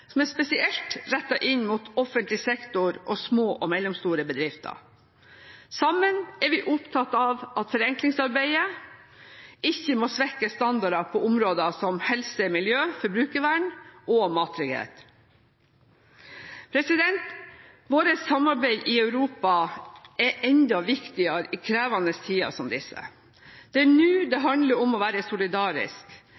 som er spesielt rettet inn mot offentlig sektor og små og mellomstore bedrifter. Sammen er vi opptatt av at forenklingsarbeidet ikke må svekke standarder på områder som helse, miljø, forbrukervern og mattrygghet. Vårt samarbeid i Europa er enda viktigere i krevende tider som disse. Det er nå det